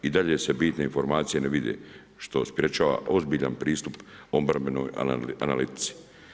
I dalje se bitne informacije ne vide, što sprječava ozbiljan pristup obrambenoj analitici.